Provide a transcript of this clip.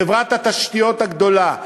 חברת התשתיות הגדולה,